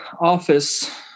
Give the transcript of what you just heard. office